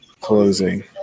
closing